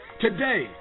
Today